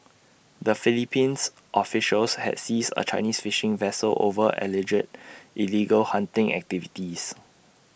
the Philippines officials had seized A Chinese fishing vessel over alleged illegal hunting activities